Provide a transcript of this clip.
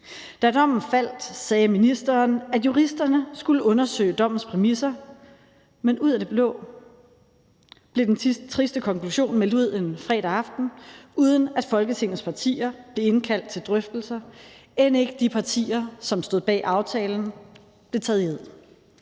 Da dommen faldt, sagde ministeren, at juristerne skulle undersøge dommens præmisser, men ud af det blå blev den triste konklusion meldt ud en fredag aften, uden at Folketingets partier blev indkaldt til drøftelser; end ikke de partier, som stod bag aftalen, blev taget i ed.